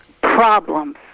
problems